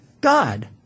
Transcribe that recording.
God